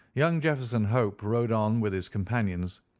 young jefferson hope rode on with his companions,